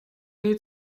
need